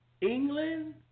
England